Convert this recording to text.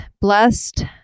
blessed